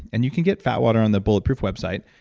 and you can get fatwater on the bulletproof website.